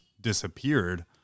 disappeared